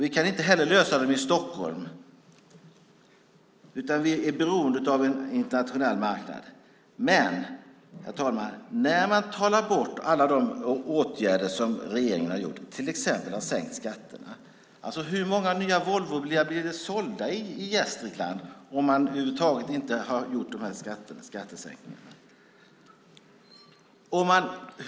Vi kan inte heller lösa dem i Stockholm, utan vi är beroende av en internationell marknad. Herr talman! Man trollar bort alla de åtgärder som regeringen har gjort, till exempel sänkt skatterna. Men hur många nya Volvobilar skulle ha blivit sålda i Gävleborg om man inte hade gjort dessa skattesänkningar?